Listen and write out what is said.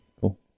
cool